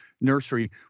nursery